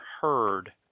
heard